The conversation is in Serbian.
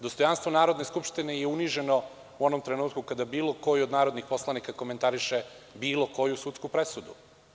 Dostojanstvo Narodne skupštine je uniženo u onom trenutku kada bilo koji od narodnih poslanika komentariše bilo koju sudsku presudu.